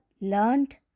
learned